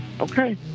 Okay